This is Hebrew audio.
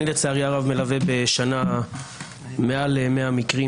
אני לצערי הרב מלווה בשנה מעל ל-100 מקרים